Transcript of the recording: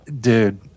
Dude